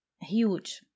huge